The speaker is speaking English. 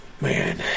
Man